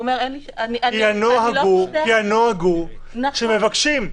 הוא אמר שהוא מפחד --- כי הנוהג הוא שכן מבקשים.